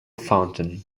fountain